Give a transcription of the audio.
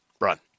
run